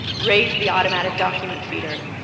raise the automatic document feeder.